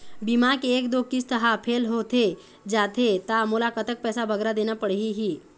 बीमा के एक दो किस्त हा फेल होथे जा थे ता मोला कतक पैसा बगरा देना पड़ही ही?